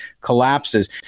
collapses